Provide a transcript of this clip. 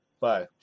Bye